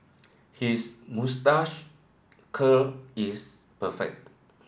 his moustache curl is perfect